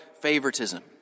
favoritism